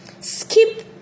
Skip